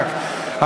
מעיראק,